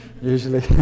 usually